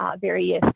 various